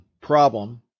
problem